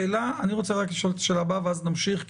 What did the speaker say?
אני רק רוצה לשאול את השאלה הבאה, ואז נמשיך.